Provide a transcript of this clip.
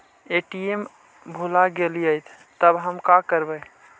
ATM भुला गेलय तब हम काकरवय?